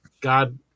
God